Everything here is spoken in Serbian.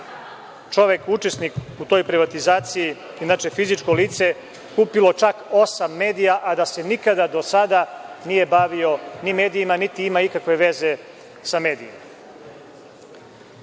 čovek učesnik u toj privatizaciji, inače fizičko lice, kupio čak osam medija, a da se nikada do sada nije bavio ni medijima, niti ima ikakve veze sa medijima. Jednu